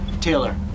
taylor